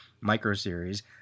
micro-series